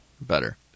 Better